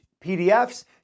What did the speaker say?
PDFs